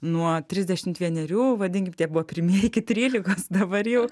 nuo trisdešim vienerių vadinkim tiek buvo pirmieji iki trylikos dabar jau